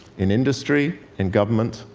in industry, in government,